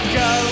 go